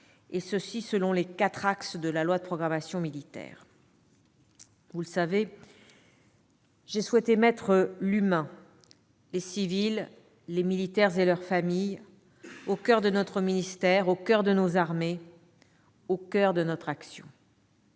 2020, selon les quatre axes de la loi de programmation militaire. Vous le savez, j'ai souhaité mettre l'humain, les civils, les militaires et leurs familles au coeur du ministère, au coeur de nos armées, au coeur de notre action.